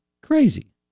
crazy